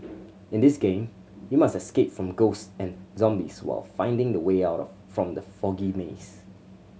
in this game you must escape from ghost and zombies while finding the way out of from the foggy maze